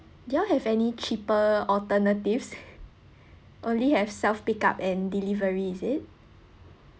do you all have any cheaper alternatives only have self pick up and delivery is it